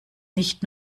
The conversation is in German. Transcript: nicht